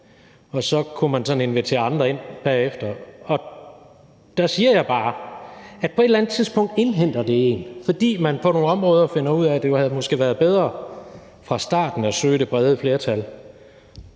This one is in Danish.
og så kunne man invitere andre ind bagefter. Der siger jeg bare, at på et eller andet tidspunkt indhenter det en, fordi man på nogle områder finder ud af, at det måske havde været bedre at søge det brede flertal